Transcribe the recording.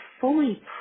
fully